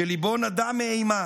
שליבו נדם מאימה